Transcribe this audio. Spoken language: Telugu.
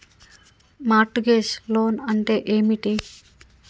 మార్ట్ గేజ్ లోన్ అంటే ఏమిటి?